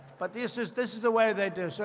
but this is this is the way they do. so